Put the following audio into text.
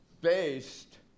based